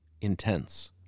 intense